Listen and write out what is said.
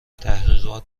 تحقیقات